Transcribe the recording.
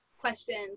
questions